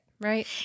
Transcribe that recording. right